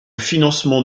financement